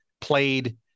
played